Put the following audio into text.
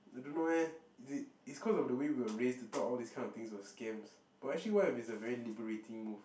I don't know eh is it it's cause of the way we were raised to thought all this kind of things were scams but actually what if it's a very liberating move